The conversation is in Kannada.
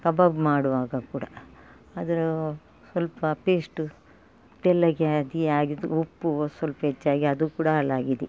ಕಬಾಬ್ ಮಾಡುವಾಗ ಕೂಡ ಅದ್ರ ಸ್ವಲ್ಪ ಪೇಸ್ಟು ತೆಳ್ಳಗೆ ಆಗಿ ಆಗಿ ಉಪ್ಪು ಸ್ವಲ್ಪ ಹೆಚ್ಚಾಗಿ ಅದು ಕೂಡ ಹಾಳಾಗಿದೆ